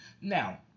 now